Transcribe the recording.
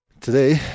Today